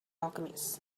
alchemist